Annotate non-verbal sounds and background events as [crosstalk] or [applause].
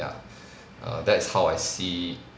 ya [breath] err that's how I see